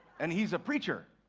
and he's a preacher